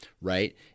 right